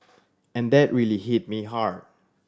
and that really hit me hard